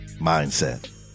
mindset